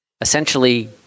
essentially